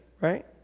right